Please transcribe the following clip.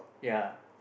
ya